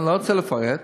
אני לא רוצה לפרט,